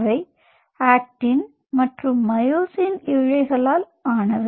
அவை ஆக்டின் மற்றும் மயோசின் இழைகளால் ஆனவை